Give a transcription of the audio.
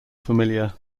familiar